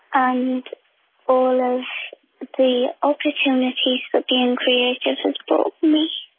and all of the opportunities for being creative has brought me